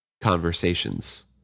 conversations